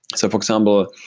so for example,